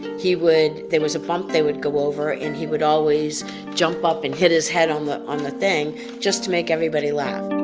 he would there was a bump they would go over it, and he would always jump up and hit his head on the on the thing just to make everybody laugh